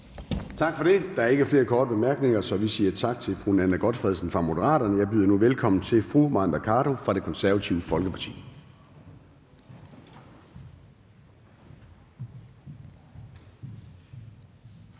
Tak for det. Der er ingen korte bemærkninger, så vi siger tak til fru Nanna W. Gotfredsen fra Moderaterne. Jeg byder nu velkommen til fru Mai Mercado fra Det Konservative Folkeparti.